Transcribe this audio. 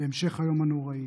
בהמשך היום הנוראי